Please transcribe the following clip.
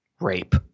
rape